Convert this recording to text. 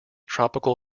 tropical